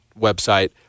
website